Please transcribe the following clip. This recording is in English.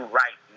right